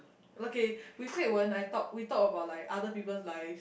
okay with Hui-Wen I talk we talk about like other people's lives